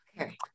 Okay